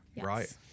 right